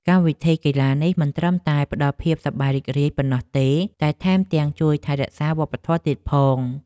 កម្មវិធីកីឡានេះមិនត្រឹមតែផ្តល់ភាពសប្បាយរីករាយប៉ុណ្ណោះទេ តែថែមទាំងជួយថែរក្សាវប្បធម៌ទៀតផង។